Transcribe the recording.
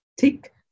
tick